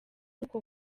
uku